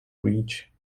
reach